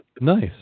Nice